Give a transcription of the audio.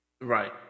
Right